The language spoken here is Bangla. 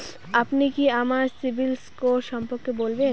আপনি কি আমাকে সিবিল স্কোর সম্পর্কে বলবেন?